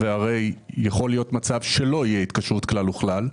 והרי יכול להיות מצב שלא תהיה התקשרות כלל וכלל,